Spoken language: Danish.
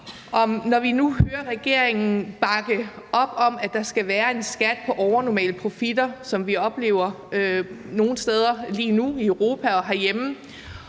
når vi nu hører regeringen bakke op om, at der skal være en skat på overnormale profitter, som vi oplever nogle steder lige nu i Europa og herhjemme,